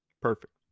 Perfect